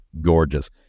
gorgeous